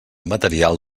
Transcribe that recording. material